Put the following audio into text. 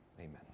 amen